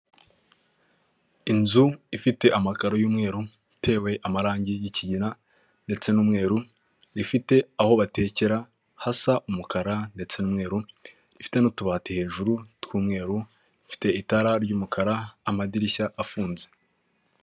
Inzu ifite amakaro y'umweru, itewe amarangi y'ikigina, ndetse n'umweru, rifite aho batekera, hasa umukara ndetse n'umweru rifite n'utubati hejuru tw'umweru ifite itara ry'umukara amadirishya afunze.